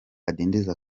adindiza